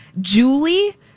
julie